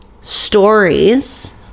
stories